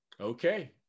Okay